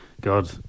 God